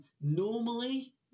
Normally